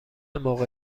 موقع